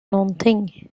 någonting